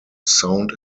sound